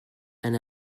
and